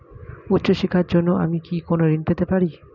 উচ্চশিক্ষার জন্য আমি কি কোনো ঋণ পেতে পারি?